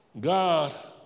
God